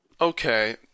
Okay